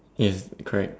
ya correct